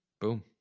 Boom